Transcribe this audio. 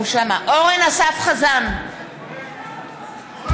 לא